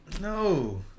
no